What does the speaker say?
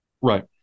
Right